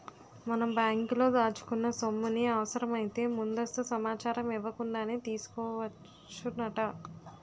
మనం బ్యాంకులో దాచుకున్న సొమ్ముని అవసరమైతే ముందస్తు సమాచారం ఇవ్వకుండానే తీసుకోవచ్చునట